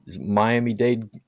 Miami-Dade